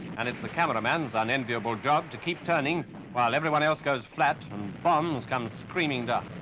and it's the cameraman's unenviable job to keep turning while everyone else goes flat and bombs come screaming down.